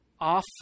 off